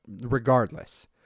regardless